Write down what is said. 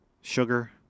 sugar